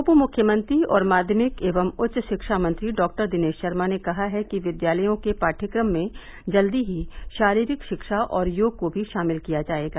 उप मुख्यमंत्री और माध्यमिक एवं उच्च शिक्षा मंत्री डॉक्टर दिनेश शर्मा ने कहा है कि विद्यालयों के पाठ्यक्रम में जल्दी ही शारीरिक रिक्ता और योग को भी शामिल किया जायेगा